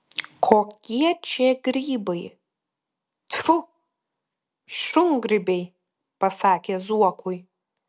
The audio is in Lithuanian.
kokie čia grybai tfu šungrybiai pasakė zuokui